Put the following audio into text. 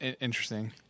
interesting